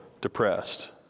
depressed